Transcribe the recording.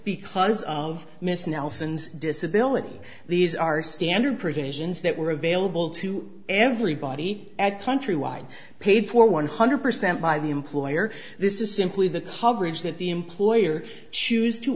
because of miss nelson's disability these are standard provisions that were available to everybody at countrywide paid for one hundred percent by the employer this is simply the coverage that the employer choose to